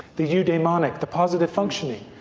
the eudaimonic, the positive functioning,